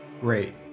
Great